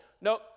No